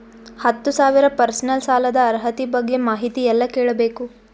ಹತ್ತು ಸಾವಿರ ಪರ್ಸನಲ್ ಸಾಲದ ಅರ್ಹತಿ ಬಗ್ಗೆ ಮಾಹಿತಿ ಎಲ್ಲ ಕೇಳಬೇಕು?